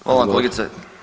Hvala vam, kolegice.